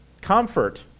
comfort